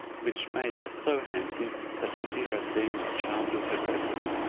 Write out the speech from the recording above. which made her so handsome, that buddir ad deen was charmed with her graces.